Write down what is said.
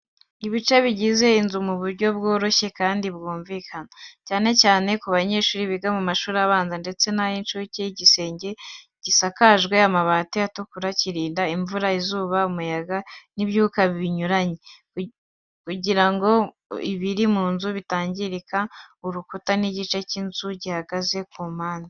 ibice bigize inzu mu buryo bworoshye kandi bwumvikana, cyane cyane ku banyeshuri biga mu mashuri abanza ndetse n'ayinshuke igisenge gisakajwe amabati atukura Kirinda imvura, izuba, umuyaga n’ibyuka binyuranye, kugira ngo ibiri mu nzu bitangirika Urukuta n'igice cy’inzu gihagaze ku mpande.